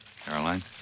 caroline